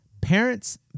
Parents